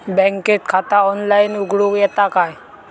बँकेत खाता ऑनलाइन उघडूक येता काय?